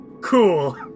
cool